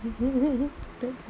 mmhmm